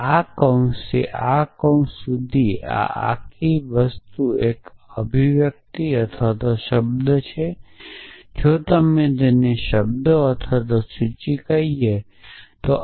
આ કૌંસથી આ કૌંસ સુધીની આ આખી વસ્તુ એક અભિવ્યક્તિ અથવા શબ્દ છે જો તમે તેને શબ્દ અથવા સૂચિ કહીએ તો